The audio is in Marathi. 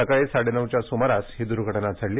सकाळी साडेनऊच्या सुमारास ही दूर्घटना झाली